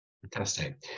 Fantastic